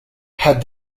had